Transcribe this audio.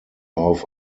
auf